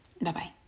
Bye-bye